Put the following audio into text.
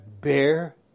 bear